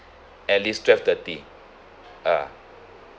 at least twelve thirty ah